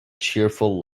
cheerful